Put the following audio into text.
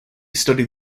studied